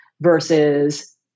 Versus